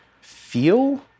feel